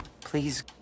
please